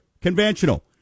conventional